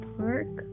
park